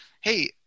hey